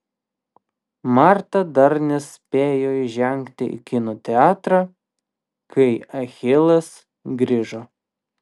marta dar nespėjo įžengti į kino teatrą kai achilas grįžo